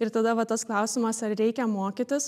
ir tada va tas klausimas ar reikia mokytis